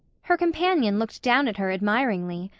her companion looked down at her admiringly.